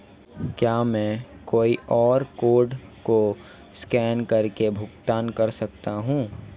क्या मैं QR code को स्कैन करके भुगतान कर सकता हूं?